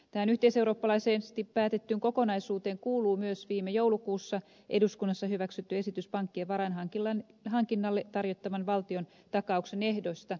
tähän yhteiseurooppalaisesti päätettyyn kokonaisuuteen kuuluu myös viime joulukuussa eduskunnassa hyväksytty esitys pankkien varainhankinnalle tarjottavan valtiontakauksen ehdoista